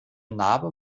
narbe